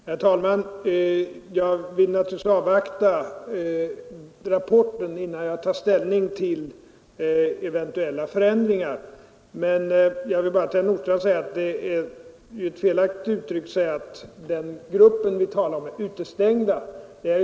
Herr talman! Jag vill naturligtvis avvakta rapporten innan jag tar ställning till eventuella förändringar. Till herr Nordstrandh skall jag bara säga att det är ett felaktigt uttryck att den grupp vi talar om skulle vara utestängd.